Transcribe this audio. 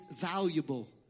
valuable